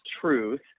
truth